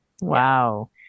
Wow